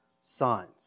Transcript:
signs